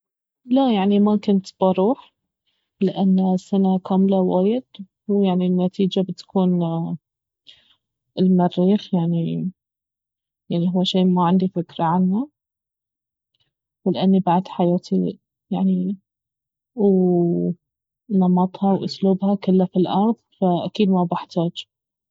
لا يعني ما كنت بروح لانه سنة كاملة وايد ويعني النتيجة بتكون المريخ يعني يعني اهو شي ما عندي فكرة عنه ولاني بعد حياتي يعني و- نمطها واسلوبها كله في الأرض فاكيد ما بحتاج